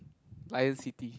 Lion City